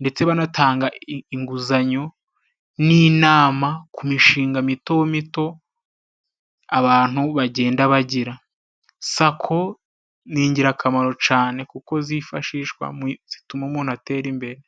ndetse banatanga inguzanyo n'inama ku mishinga mitomito abantu bagenda bagira. Sako ni ingirakamaro cane kuko zifashishwa zituma umuntu atera imbere.